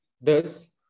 Thus